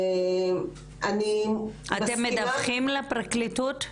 אתם מדווחים לפרקליטות?